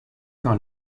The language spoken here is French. quand